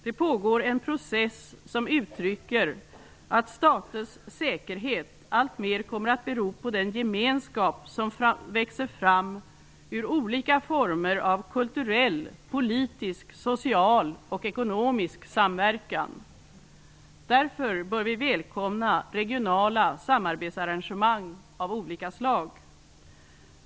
Det pågår en process som uttrycker att staters säkerhet allt mer kommer att bero på den gemenskap som växer fram ur olika former av kulturell, politisk, social och ekonomisk samverkan. Därför bör vi välkomna regionala samarbetsarrangemang av olika slag.